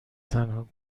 تنها